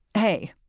hey,